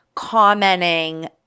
commenting